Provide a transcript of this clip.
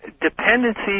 dependency